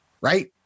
right